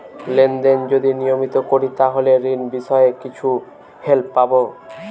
Lane দেন যদি নিয়মিত করি তাহলে ঋণ বিষয়ে কিছু হেল্প পাবো?